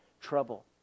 trouble